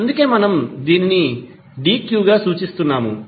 అందుకే మనం దీనిని 𝑑𝑞 గా సూచిస్తున్నాము